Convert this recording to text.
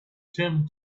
tim